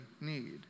need